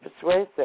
persuasive